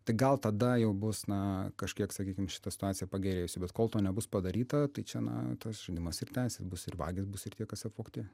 tai gal tada jau bus na kažkiek sakykim šita situacija pagerėjusi bet kol to nebus padaryta tai čia na ta žaidimas ir tęsis bus ir vagys bus ir tie kas apvogti